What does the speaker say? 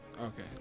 Okay